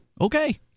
Okay